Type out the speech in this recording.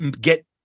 get